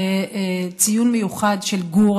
בציון מיוחד של גור,